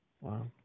Wow